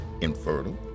infertile